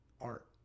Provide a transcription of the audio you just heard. art